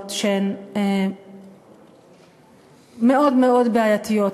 נוספות שהן מאוד בעייתיות,